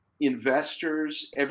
investors